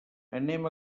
anem